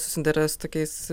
susiduria su tokiais